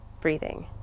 breathing